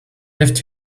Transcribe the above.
left